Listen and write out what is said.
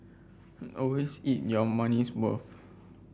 always eat your money's worth